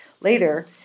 Later